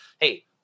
hey